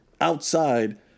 outside